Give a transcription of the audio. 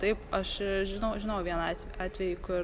taip aš žinau žinau vieną at atvejį kur